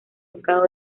ducado